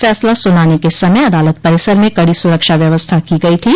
फैसला सुनाने के समय अदालत परिसर में कड़ी सुरक्षा व्यवस्था की गई थी